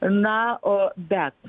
na o bet